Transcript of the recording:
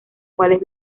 cuales